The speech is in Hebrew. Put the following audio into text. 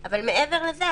אבל מעבר לזה,